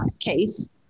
case